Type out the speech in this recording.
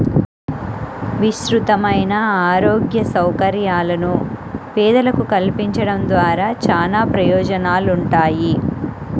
విస్తృతమైన ఆరోగ్య సౌకర్యాలను పేదలకు కల్పించడం ద్వారా చానా ప్రయోజనాలుంటాయి